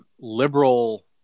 liberal